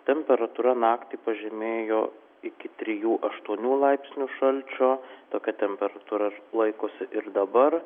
temperatūra naktį pažemėjo iki trijų aštuonių laipsnių šalčio tokia temperatūra laikosi ir dabar